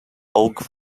oak